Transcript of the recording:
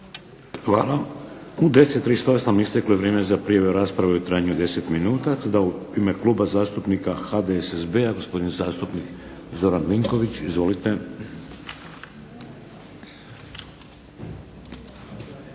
Hvala. U 10,38 isteklo je vrijeme za prijavu rasprave u trajanju od 10 minuta. U ime Kluba zastupnika HDSSB-a gospodin zastupnik Zoran Vinković. Izvolite.